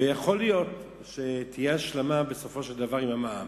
ויכול להיות שתהיה השלמה בסופו של דבר עם המע"מ.